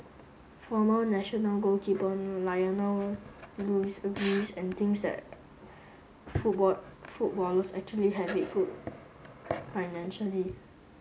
former national goalkeeper Lionel Lewis agrees and thinks that football footballers actually have it good financially